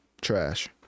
trash